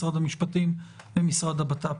משרד המשפטים ומשרד הבט"פ.